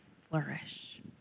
flourish